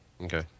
Okay